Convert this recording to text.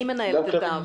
טל, אני מנהלת את הוועדה.